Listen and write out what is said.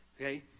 okay